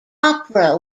opera